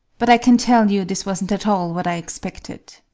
but i can tell you this wasn't at all what i expected.